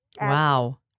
Wow